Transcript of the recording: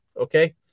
okay